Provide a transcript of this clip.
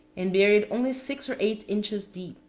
and buried only six or eight inches deep,